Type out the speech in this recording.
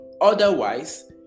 Otherwise